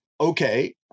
Okay